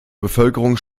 bevölkerung